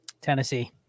Tennessee